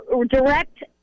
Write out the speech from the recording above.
direct